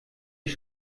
ich